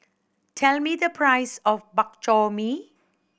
tell me the price of Bak Chor Mee